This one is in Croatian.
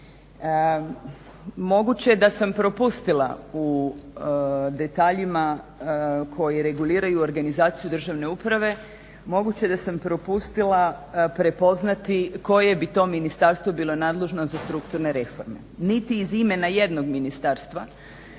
Moguće da sam propustila u detaljima koji reguliraju organizaciju državne uprave, moguće da sam propustila prepoznati koje bi to ministarstvo bilo nadležno za strukturne reforme. Niti iz imena jednog ministarstva